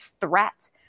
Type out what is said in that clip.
threat